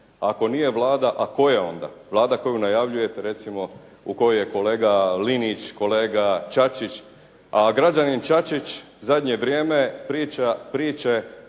Ako nije Vlada, a tko je onda? Vlada koju najavljujete recimo u kojoj je kolega Linić, kolega Čačić, a građanin Čačić zadnje vrijeme priča